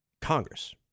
Congress